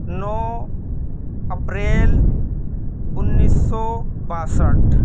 نو اپریل انیس سو باسٹھ